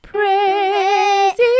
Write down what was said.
Praise